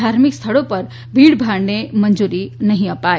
ધાર્મિક સ્થળો ઉપર ભીડભાડની મંજુરી નહી અપાય